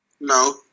No